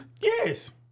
Yes